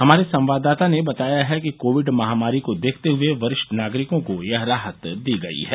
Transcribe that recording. हमारे संवाददाता ने बताया है कि कोविड महामारी को देखते हुए वरिष्ठ नागरिकों को यह राहत दी गई है